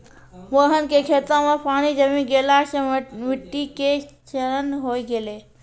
मोहन के खेतो मॅ पानी जमी गेला सॅ मिट्टी के क्षरण होय गेलै